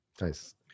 Nice